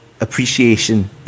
appreciation